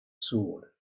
sword